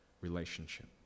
relationship